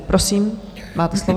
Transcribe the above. Prosím, máte slovo.